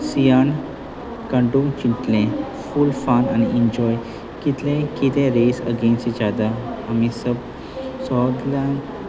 सियाण कटूम चिंतलें फूल फन आनी इन्जॉय कितलें कितें रेस अगेन्स्टीचाता आमी सगल्यांक